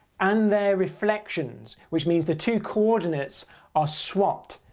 and their reflections, which means the two coordinates are swapped.